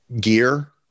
gear